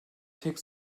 tek